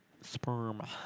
sperm